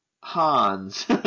Hans